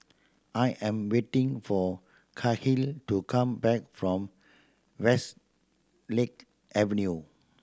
I am waiting for Kahlil to come back from Westlake Avenue